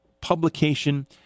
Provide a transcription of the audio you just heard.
publication